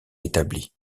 établie